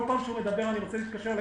כל פעם כשהוא מדבר, אני רוצה לומר: